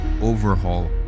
overhaul